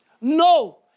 No